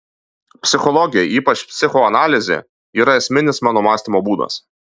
psichologija ypač psichoanalizė yra esminis mano mąstymo būdas